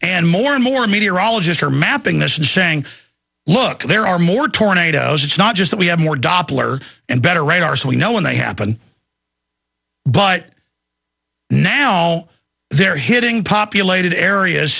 and more and more meteorologists are mapping this and saying look there are more tornadoes it's not just that we have more doppler and better radar so we know when they happen but now they're hitting populated areas